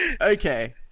Okay